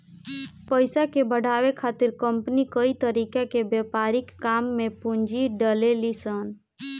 पइसा के बढ़ावे खातिर कंपनी कई तरीका के व्यापारिक काम में पूंजी डलेली सन